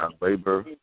labor